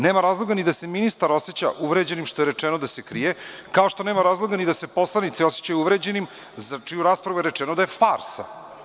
Nema razloga ni da se ministar oseća uvređenim što je rečeno da se krije, kao što nema razloga ni da se poslanici osećaju uvređenim za čiju raspravu je rečno da je farsa.